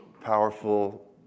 powerful